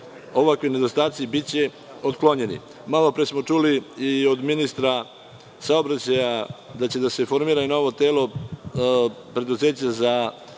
ovakvi nedostaci biće otklonjeni. Malopre smo čuli i od ministra saobraćaja da će da se formira i novo telo, preduzeće za